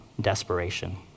desperation